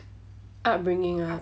upbringing ah